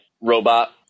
robot